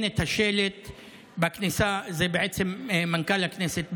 זה בעצם מנכ"ל הכנסת,